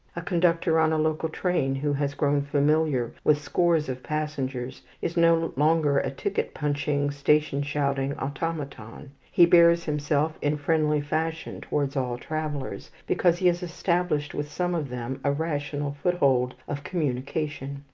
a conductor on a local train who has grown familiar with scores of passengers is no longer a ticket-punching, station-shouting automaton. he bears himself in friendly fashion towards all travellers, because he has established with some of them a rational foothold of communication.